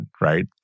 right